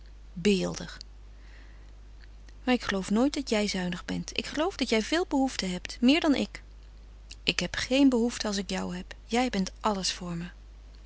beeldig maar ik geloof nooit dat jij zuinig bent ik geloof dat jij veel behoeften hebt meer dan ik ik heb geen behoeften als ik jou heb je bent alles voor me